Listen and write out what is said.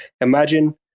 Imagine